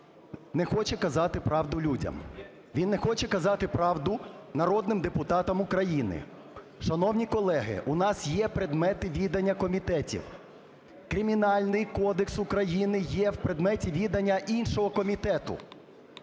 не хоче казати правду людям. Він не хоче казати правду народним депутатам України. Шановні колеги, у нас є предмети відання комітетів. Кримінальний кодекс України є в предметі відання іншого комітету.